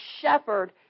shepherd